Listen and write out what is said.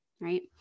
right